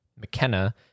McKenna